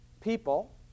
people